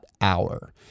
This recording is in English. Hour